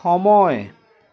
সময়